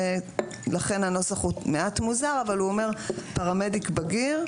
לכן הנוסח מעט מוזר אבל הוא אומר: "פרמדיק בגיר",